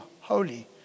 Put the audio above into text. holy